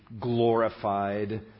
glorified